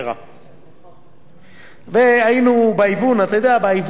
היינו בהיוון, אתה יודע, בהיוון, יש כאלה שפרשו